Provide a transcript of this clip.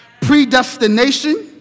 predestination